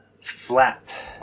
Flat